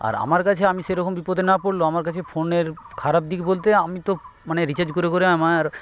আর আমার কাছে আমি সেরকম বিপদে না পড়লেও আমার কাছে ফোনের খারাপ দিক বলতে আমি তো মানে রিচার্জ করে করে আমার